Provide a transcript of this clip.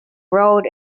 road